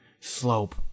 slope